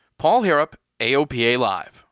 paul harrop, aopa live.